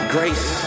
Grace